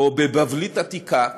או בבבלית עתיקה,